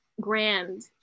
grand